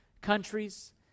countries